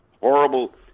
horrible